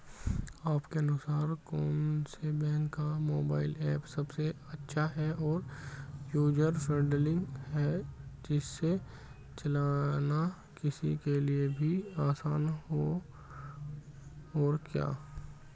आपके अनुसार कौन से बैंक का मोबाइल ऐप सबसे अच्छा और यूजर फ्रेंडली है जिसे चलाना किसी के लिए भी आसान हो और क्यों?